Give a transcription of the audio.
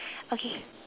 okay